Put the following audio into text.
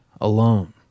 alone